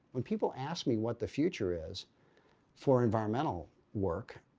when people ask me what the future is for environmental work,